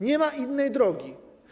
Nie ma innej drogi.